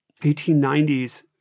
1890s